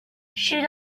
should